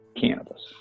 cannabis